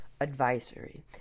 advisory